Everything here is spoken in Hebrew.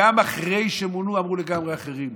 גם אחרי שמונו אמרו דברים לגמרי אחרים.